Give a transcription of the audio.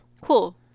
Cool